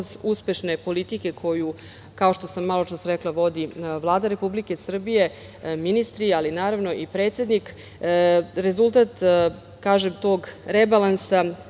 uspešne politike koju, kao što sam maločas rekla vodi Vlada Republike Srbije, ministri ali naravno i predsednik, rezultat tog rebalansa